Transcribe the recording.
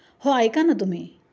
हो ऐका ना तुम्ही